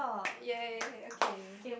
ya ya ya okay